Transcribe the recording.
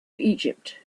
egypt